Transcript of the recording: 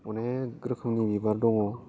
अनेख रोखोमनिबो दङ